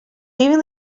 leaving